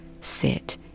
sit